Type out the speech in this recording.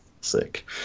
sick